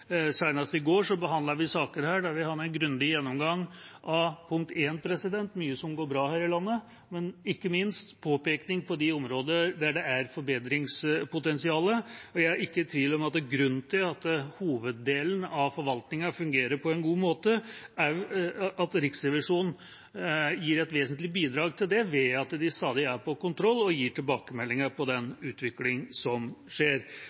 i går behandlet vi saker her der vi for det første hadde en grundig gjennomgang av mye som går bra her i landet, men ikke minst en påpekning av de områdene der det er forbedringspotensial. Jeg er ikke i tvil om at grunnen til at hoveddelen av forvaltningen fungerer på en god måte, er at Riksrevisjonen gir et vesentlig bidrag til det ved at de stadig er på kontroll og gir tilbakemeldinger om den utviklingen som skjer.